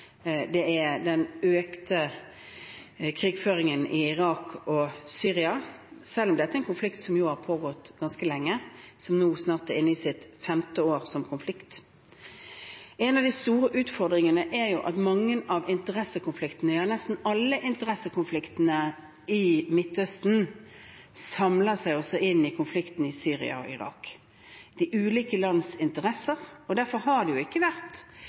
den økte krigføringen i Irak og Syria, selv om dette jo er en konflikt som har pågått ganske lenge – snart inne i sitt femte år. En av de store utfordringene er at mange av interessekonfliktene – ja, nesten alle interessekonfliktene – i Midtøsten samler seg også i konflikten i Syria og Irak. De ulike land har ulike interesser, og derfor har det ikke vært